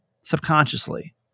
subconsciously